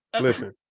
listen